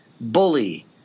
bully